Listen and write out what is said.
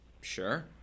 Sure